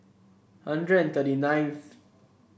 hundred thirty ninth